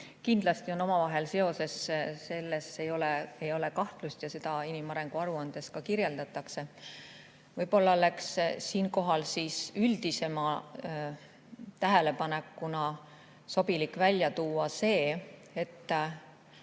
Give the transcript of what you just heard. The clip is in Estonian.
Kindlasti on omavahel seoses, selles ei ole kahtlust, ja seda inimarengu aruandes ka kirjeldatakse. Võib-olla oleks siinkohal üldisema tähelepanekuna sobilik välja tuua see, et